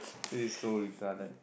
this is so retarded